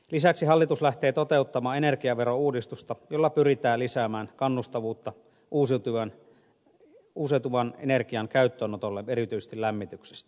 lisäksi hallitus lähtee toteuttamaan energiaverouudistusta jolla pyritään lisäämään kannustavuutta uusiutuvan energian käyttöönotolle erityisesti lämmityksessä